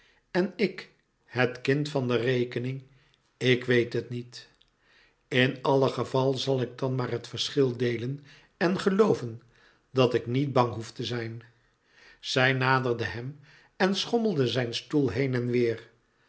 en ik het kind van de rekening ik weet het niet in alle geval zal ik dan maar het verschil deelen en gelooven dat ik niet bang hoef te zijn zij naderde hem en schommelde zijn stoel heen en weêr